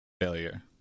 failure